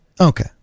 Okay